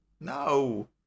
No